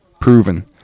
proven